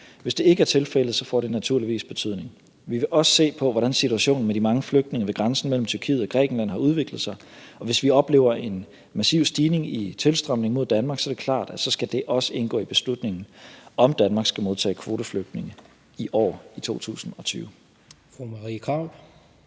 Hvis det ikke er tilfældet, får det naturligvis betydning. Vi vil også se på, hvordan situationen med de mange flygtninge ved grænsen mellem Tyrkiet og Grækenland har udviklet sig, og hvis vi oplever en massiv stigning i tilstrømningen mod Danmark, er det klart, at så skal det også indgå i beslutningen om, om Danmark skal modtage kvoteflygtninge i år i 2020.